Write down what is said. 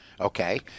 okay